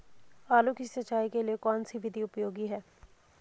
आलू की सिंचाई के लिए कौन सी विधि उपयोगी है?